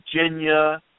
Virginia